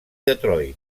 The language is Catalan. detroit